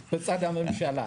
בצד הממשלה.